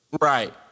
right